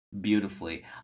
beautifully